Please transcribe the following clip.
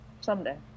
Someday